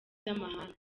z’amahanga